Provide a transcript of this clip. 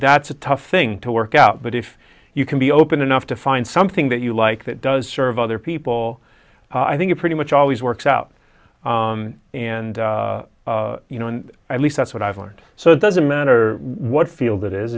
that's a tough thing to work out but if you can be open enough to find something that you like that does serve other people i think it pretty much always works out and you know at least that's what i've learned so it doesn't matter what field it is